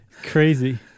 Crazy